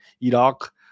Iraq